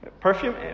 Perfume